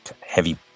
heavy